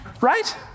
Right